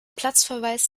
platzverweis